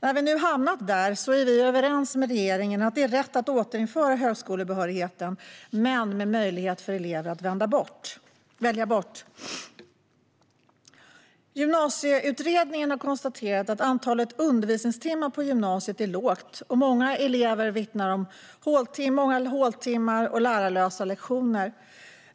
När vi nu hamnat där är vi överens med regeringen om att det är rätt att återinföra högskolebehörigheten - men med möjlighet för eleven att välja bort den. Gymnasieutredningen har konstaterat att antalet undervisningstimmar på gymnasiet är litet. Många elever vittnar om många håltimmar och lärarlösa lektioner.